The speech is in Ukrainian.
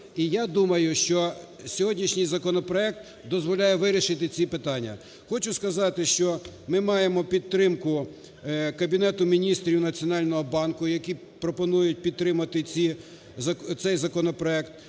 І я думаю, що сьогоднішній законопроект дозволяє вирішити ці питання. Хочу сказати, що ми маємо підтримку Кабінету Міністрів і Національного банку, які пропонують підтримати цей законопроект.